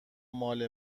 مال